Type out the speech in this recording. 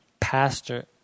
pastor